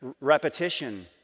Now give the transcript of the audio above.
repetition